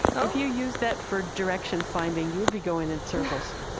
ah if you use that for direction finding, you would be going in circles.